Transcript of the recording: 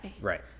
right